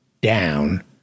down